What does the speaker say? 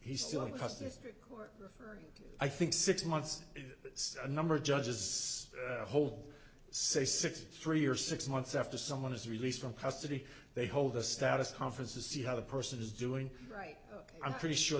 he's still in custody i think six months is a number of judges whole say six three or six months after someone is released from custody they hold a status conference to see how the person is doing right i'm pretty sure